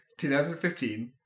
2015